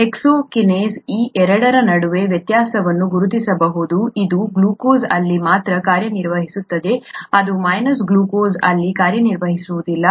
hexokinase ಈ ಎರಡರ ನಡುವೆ ವ್ಯತ್ಯಾಸವನ್ನು ಗುರುತಿಸಬಹುದು ಇದು ಪ್ಲಸ್ ಗ್ಲೂಕೋಸ್ ಅಲ್ಲಿ ಮಾತ್ರ ಕಾರ್ಯನಿರ್ವಹಿಸುತ್ತದೆ ಅದು ಮೈನಸ್ ಗ್ಲೂಕೋಸ್ ಅಲ್ಲಿ ಕಾರ್ಯನಿರ್ವಹಿಸುವುದಿಲ್ಲ